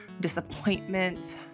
disappointment